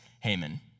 Haman